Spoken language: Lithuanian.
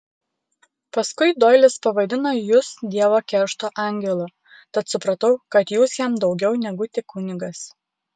paskui doilis pavadino jus dievo keršto angelu tad supratau kad jūs jam daugiau negu tik kunigas